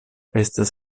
estas